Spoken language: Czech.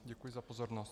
Děkuji za pozornost.